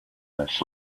this